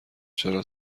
چرا